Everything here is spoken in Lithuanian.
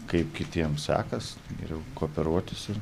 kaip kitiem sekas geriau kooperuotis ir